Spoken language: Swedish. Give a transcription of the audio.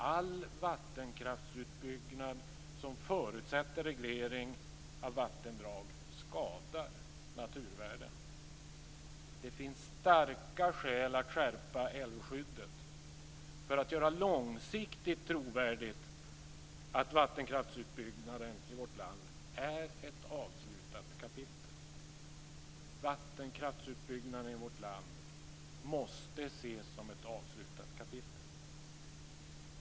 All vattenkraftsutbyggnad som förutsätter reglering av vattendrag skadar naturvärden. Det finns starka skäl att skärpa älvskyddet för att göra långsiktigt trovärdigt att vattenkraftsutbyggnaden i vårt land är ett avslutat kapitel. Det måste ses som ett avslutat kapitel.